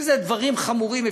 אלה דברים חמורים.